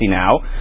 now